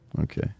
Okay